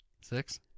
six